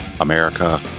America